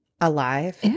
alive